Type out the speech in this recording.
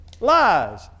Lies